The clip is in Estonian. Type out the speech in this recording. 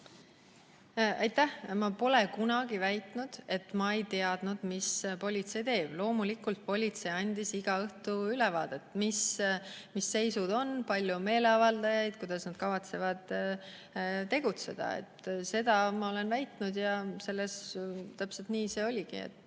Aitäh! Ma pole kunagi väitnud, et ma ei teadnud, mida politsei teeb. Loomulikult, politsei andis iga õhtu ülevaate, mis seisud on: kui palju on meeleavaldajaid, kuidas nad kavatsevad tegutseda. Seda ma olen väitnud ja täpselt nii see oligi.